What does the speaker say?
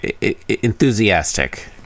enthusiastic